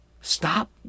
Stop